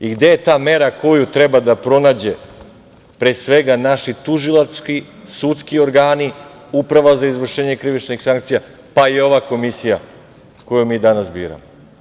I gde je ta mera koju treba da pronađu, pre svega, naši tužilački, sudski organi, Uprava za izvršenje krivičnih sankcija, pa i ova Komisija koju mi danas biramo?